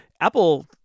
Apple